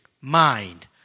mind